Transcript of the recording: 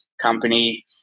company